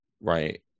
right